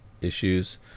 issues